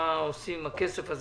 הזה.